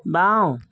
বাওঁ